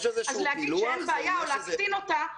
אז להגיד שאין בעיה או להקטין אותה,